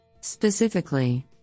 Specifically